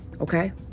okay